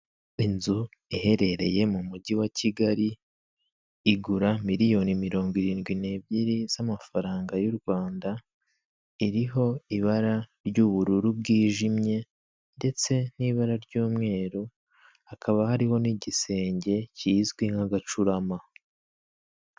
Inzu iherereye mu mujyi wa kigali igura miliyoni mirongo irindwi n'ebyiri z'amafaranga y'u rwanda. Iriho ibara ry'ubururu bwijimye ndetse n'ibara ry'umweru, hakaba hariho n'igisenge kizwi nka'agacurama.